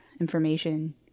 information